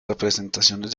representaciones